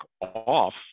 off